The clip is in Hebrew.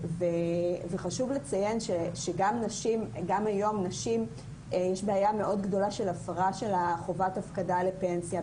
חשוב לציין שגם היום יש בעיה מאוד גדולה של הפרה של חובת הפקדה לפנסיה,